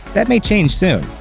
that may change soon,